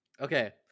Okay